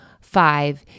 five